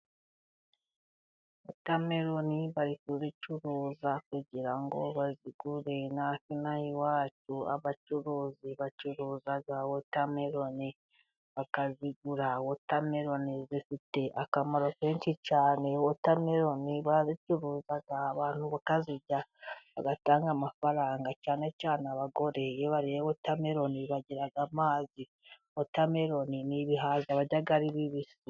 Wotameloni bari kuzicuruza kugira ngo bazigure . Natwe ino aha iwacu abacuruzi bacuruza za wotameloni bakazigura. Wotameloni zifite akamaro kenshi cyane. Wotameloni barazicuruza abantu bakazirya, bagatanga amafaranga cyane cyane abagore iyo bariye wotameloni bagira amazi. Wotameloni ni ibihaza barya ari bibisi.